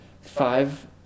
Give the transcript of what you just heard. five